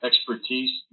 Expertise